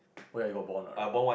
wait are you got bond or right